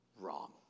Wrong